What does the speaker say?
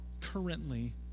currently